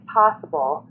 possible